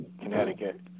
Connecticut